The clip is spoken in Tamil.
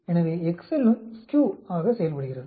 எனவே எக்செல்லும் SKEW ஆக செயல்படுகிறது